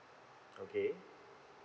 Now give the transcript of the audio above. okay